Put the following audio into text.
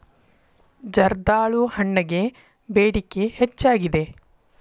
ಜರ್ದಾಳು ಹಣ್ಣಗೆ ಬೇಡಿಕೆ ಹೆಚ್ಚಾಗಿದೆ